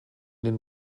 den